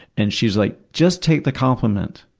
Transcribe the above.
and she was like, just take the compliment!